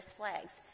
flags